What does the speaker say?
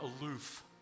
aloof